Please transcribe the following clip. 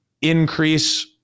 increase